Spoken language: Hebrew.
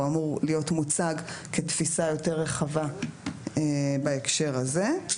אמור להיות מוצג כתפיסה יותר רחבה בהקשר הזה.